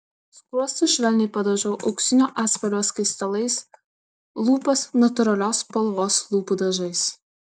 skruostus švelniai padažau auksinio atspalvio skaistalais lūpas natūralios spalvos lūpų dažais